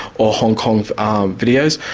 or hong kong um videos,